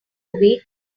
week